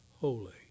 holy